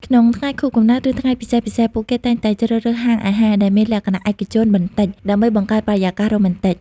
ក្នុងថ្ងៃខួបកំណើត ឬថ្ងៃពិសេសៗ ពួកគេតែងតែជ្រើសរើសហាងអាហារដែលមានលក្ខណៈឯកជនបន្តិច ដើម្បីបង្កើតបរិយាកាសរ៉ូមែនទិក។